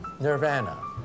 nirvana